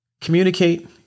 communicate